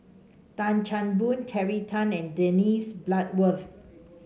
Tan Chan Boon Terry Tan and Dennis Bloodworth